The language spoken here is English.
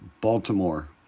Baltimore